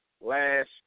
last